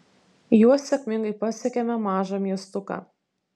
juo sėkmingai pasiekėme mažą miestuką